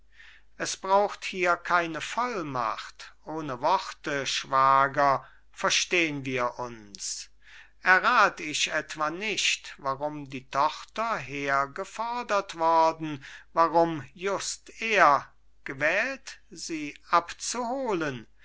es braucht hier keiner vollmacht ohne worte schwager verstehn wir uns errat ich etwa nicht warum die tochter hergefodert worden warum just er gewählt sie abzuholen